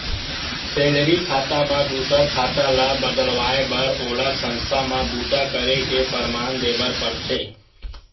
salary खाता म दूसर खाता ल बदलवाए बर ओला संस्था म बूता करे के परमान देबर परथे